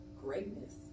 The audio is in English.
greatness